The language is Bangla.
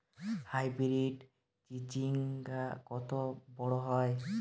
হাইব্রিড চিচিংঙ্গা কত বড় হয়?